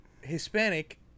Hispanic